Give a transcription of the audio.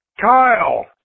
Kyle